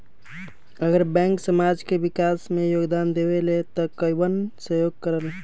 अगर बैंक समाज के विकास मे योगदान देबले त कबन सहयोग करल?